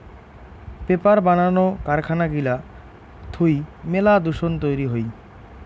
paper বানানো কারখানা গিলা থুই মেলা দূষণ তৈরী হই